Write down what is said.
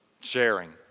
sharing